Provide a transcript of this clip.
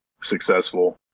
successful